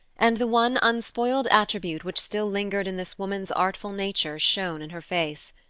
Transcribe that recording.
and the one unspoiled attribute which still lingered in this woman's artful nature shone in her face,